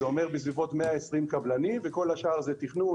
זה אומר בסביבות 120 קבלנים וכל השאר זה תכנון,